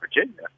Virginia –